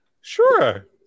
Sure